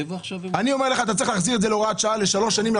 אני חושב שצריך להחזיר את זה להוראת שעה לשנתיים-שלוש,